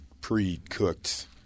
pre-cooked